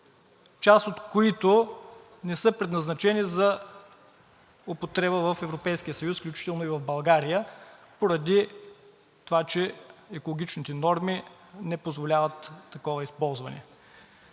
част, от които не са предназначени за употреба в Европейския съюз, включително и в България, поради това, че екологичните норми не позволяват такова използване.